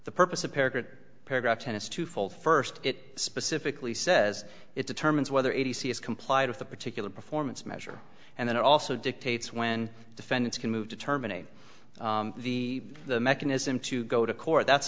the purpose of paired paragraph tennis twofold first it specifically says it determines whether a t c has complied with a particular performance measure and then also dictates when defendants can move to terminate the mechanism to go to court that's